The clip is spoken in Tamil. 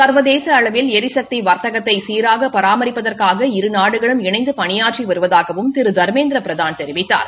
ச்வதேச அளவில் எரிசக்தி வாத்தகத்தை சீராக பராமரிப்பதற்காக இரு நாடுகளும் இணைந்து பணியாற்றி வருவதாகவும் திரு தர்மேந்திர பிரதான் தெரிவித்தார்